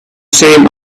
same